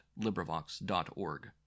LibriVox.org